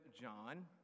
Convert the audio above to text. John